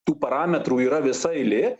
tų parametrų yra visa eilė